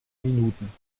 minuten